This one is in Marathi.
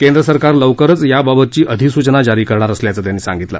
केंद्र सरकार लवकरच याबाबतची अधिसूचना जारी करणार असल्याचं त्यांनी सांगितलं